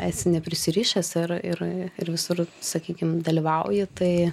esi neprisirišęs ir ir ir visur sakykim dalyvauji tai